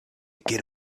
get